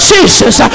Jesus